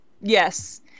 Yes